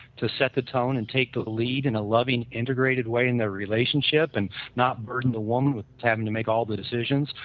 to set the tone and take the lead in a loving integrated way in their relationship and not burden the woman to have them to make all the decisions.